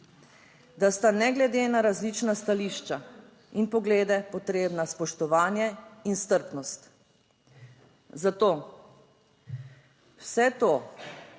da sta ne glede na različna stališča in poglede potrebna spoštovanje in strpnost. Zato vse to,